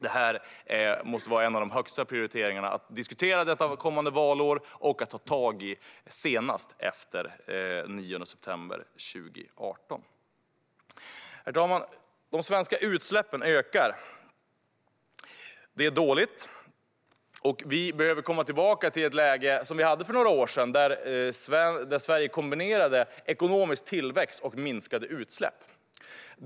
Det måste vara en av de högsta prioriteringarna att diskutera kommande valår och att ta tag i senast efter den 9 september 2018. Herr talman! De svenska utsläppen ökar. Det är dåligt. Vi behöver komma tillbaka till ett läge som vi hade för några år sedan där Sverige kombinerade ekonomisk tillväxt och minskade utsläpp.